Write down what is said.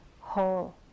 whole